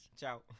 Ciao